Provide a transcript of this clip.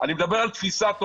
אני מדבר על תפיסת עולם.